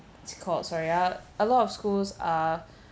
it's called sorry ah a lot of schools are